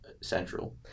Central